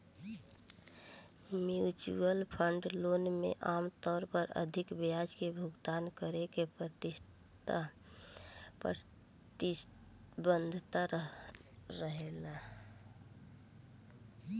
mutual fund loan में आमतौर पर अधिक ब्याज के भुगतान करे के प्रतिबद्धता रहेला